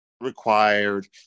required